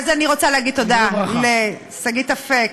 אז אני רוצה להגיד תודה לשגית אפיק,